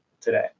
today